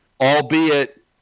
Albeit